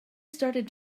started